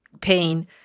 pain